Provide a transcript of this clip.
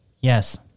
Yes